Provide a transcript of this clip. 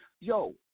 yo